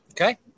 okay